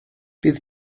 bydd